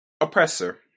Oppressor